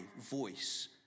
voice